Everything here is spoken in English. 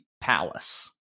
palace